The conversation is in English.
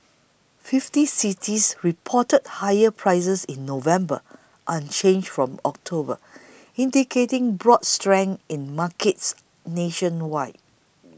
fifty cities reported higher prices in November unchanged from October indicating broad strength in markets nationwide